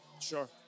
Sure